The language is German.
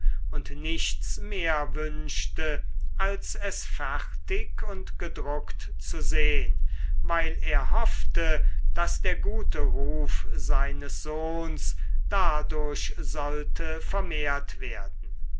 und nichts mehr wünschte als es fertig und gedruckt zu sehn weil er hoffte daß der gute ruf seines sohns dadurch sollte vermehrt werden